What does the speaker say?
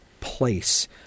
place